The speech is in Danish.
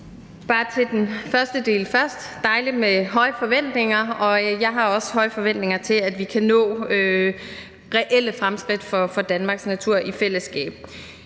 Til den første del først: Det er dejligt med høje forventninger. Jeg har også høje forventninger til, at vi kan nå reelle fremskridt for Danmarks natur i fællesskab.